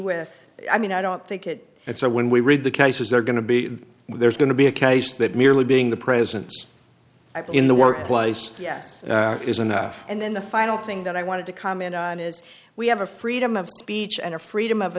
with i mean i don't think it and so when we read the cases are going to be there's going to be a case that merely being the presence in the workplace yes is enough and then the final thing that i wanted to comment on is we have a freedom of speech and a freedom of